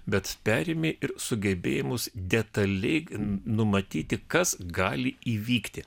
bet perėmė ir sugebėjimus detaliai numatyti kas gali įvykti